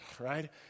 right